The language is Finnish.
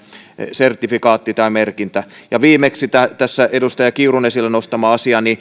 sertifikaatti tai merkintä ja viimeksi tässä edustaja kiurun esille nostama asia